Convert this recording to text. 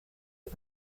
and